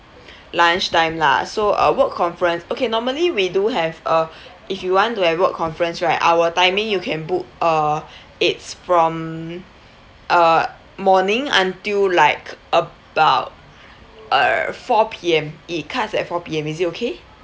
lunchtime lah so uh work conference okay normally we do have uh if you want to have work conference right our timing you can book err it's from err morning until like about err four P_M it cuts at four P_M is it okay